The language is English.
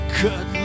cut